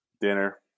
Dinner